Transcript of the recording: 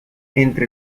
entre